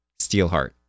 steelheart